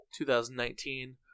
2019